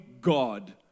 God